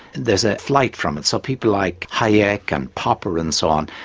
there's a flight from it, so people like hayek and popper and so on,